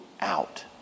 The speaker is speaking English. out